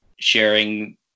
sharing